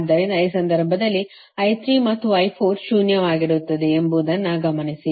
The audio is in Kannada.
ಆದ್ದರಿಂದ ಈ ಸಂದರ್ಭದಲ್ಲಿ I3 ಮತ್ತು I4 ಶೂನ್ಯವಾಗಿರುತ್ತದೆ ಎಂಬುದನ್ನು ಗಮನಿಸಿ